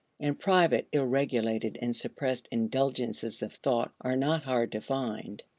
and private, ill-regulated, and suppressed indulgences of thought are not hard to find.